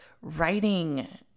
writing